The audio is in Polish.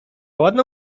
ładna